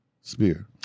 spear